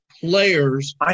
players